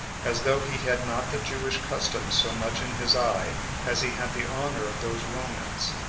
as though he had not the jewish customs so much in his eye as he had the honor of those romans,